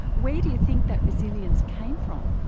where do you think that resilience came from?